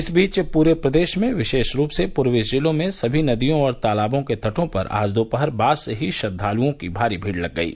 इस बीच पूरे प्रदेश में विशेष रूप से पूर्वी जिलों में समी नदियों और तालाबों के तटों पर आज दोपहर बाद से ही श्रद्वालुओं की भारी भीड़ लग गयी